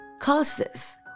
causes